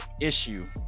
issue